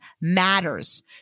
matters